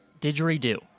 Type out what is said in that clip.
didgeridoo